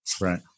Right